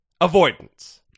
avoidance